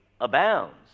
abounds